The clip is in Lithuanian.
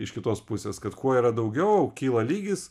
iš kitos pusės kad kuo yra daugiau kyla lygis